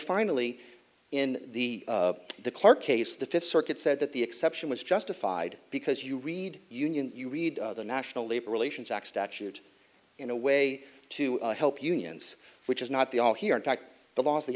finally in the car case the fifth circuit said that the exception was justified because you read union you read the national labor relations act statute in a way to help unions which is not the all here in fact the laws the